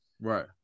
Right